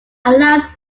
allows